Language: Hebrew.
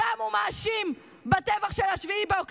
אותם הוא מאשים בטבח של 7 באוקטובר.